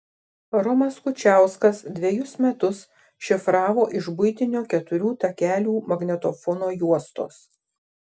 romas kučiauskas dvejus metus šifravo iš buitinio keturių takelių magnetofono juostos